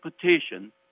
petition